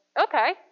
okay